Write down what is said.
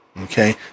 Okay